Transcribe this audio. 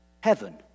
heaven